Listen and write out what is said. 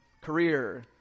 career